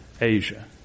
Asia